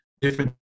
different